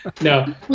no